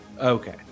Okay